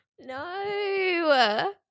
no